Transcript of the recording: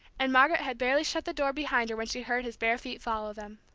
and margaret had barely shut the door behind her when she heard his bare feet follow them.